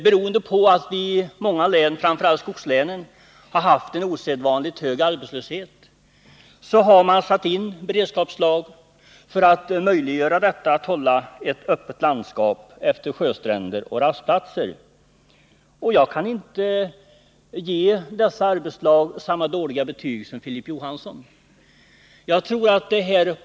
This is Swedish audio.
Eftersom vi i många län, framför allt i skogslänen, har haft en osedvanligt hög arbetslöshet, har AMS satt in beredskapslag för att hålla landskapet öppet utefter sjöstränder och på rastplatser. Jag kan inte ge dessa arbetslag samma dåliga betyg som Filip Johansson gör.